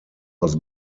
aus